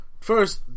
first